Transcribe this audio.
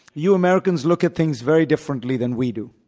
you americans look at things very differently than we do.